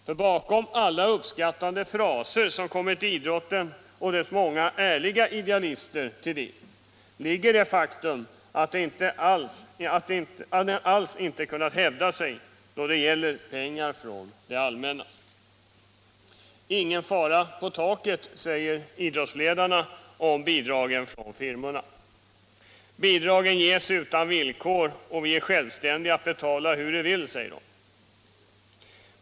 För bakom alla uppskattande fraser, som kommit idrotten och dess många ärliga idealister till del, ligger det faktum att idrotten alls inte kunnat hävda sig då det gäller pengar från det allmänna. Ingen fara på taket — säger idrottsledarna om bidragen från firmorna — bidragen ges utan villkor och vi är självständiga att besluta hur vi vill.